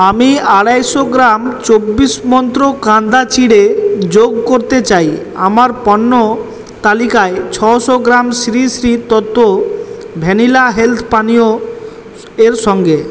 আমি আড়াইশো গ্রাম চব্বিশ মন্ত্র কান্দা চিড়ে যোগ করতে চাই আমার পণ্য তালিকায় ছশো gram Sri Sri Tattva vanilla health পানীয় এর সঙ্গে